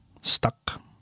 Stuck